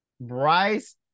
Bryce